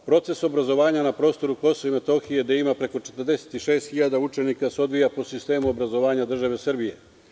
Proces obrazovanja na prostoru KiM gde ima preko 46 hiljada učenika se odvija po sistemu obrazovanja države Srbije.